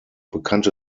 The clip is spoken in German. bekannte